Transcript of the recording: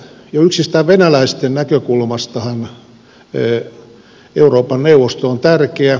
jo yksistään venäläisten näkökulmastahan euroopan neuvosto on tärkeä